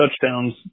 touchdowns